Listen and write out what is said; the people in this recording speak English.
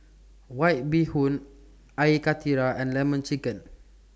White Bee Hoon Air Karthira and Lemon Chicken